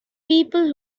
people